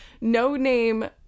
no-name